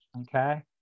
Okay